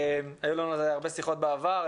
היו לנו על זה הרבה שיחות בעבר,